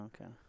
okay